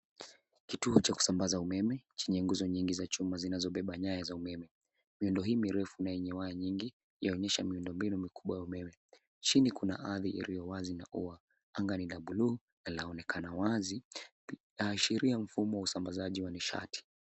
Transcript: Kituo cha kusambaza umeme, chenye nguzo nyingi za chuma zinazobeba nyaya za umeme. Miundo hii mirefu na yenye waya nyingi, inaonyesha miundombinu mikubwa ya umeme. Chini kuna ardhi iliyo wazi na kuwa anga ni ya bluu, laonekana wazi, ikiashiria mfumo wa usambazaji wa nishati.